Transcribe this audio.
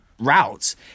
routes